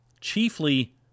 Chiefly